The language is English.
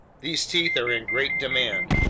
these teeth are in great demand.